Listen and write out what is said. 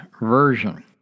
version